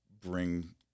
bring